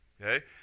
okay